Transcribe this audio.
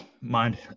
mind